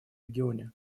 регионе